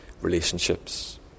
relationships